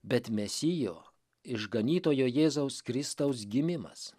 bet mesijo išganytojo jėzaus kristaus gimimas